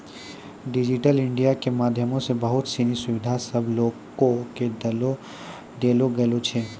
digital India के माध्यमो से बहुते सिनी सुविधा सभ लोको के देलो गेलो छै